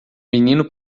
menino